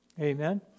Amen